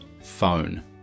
phone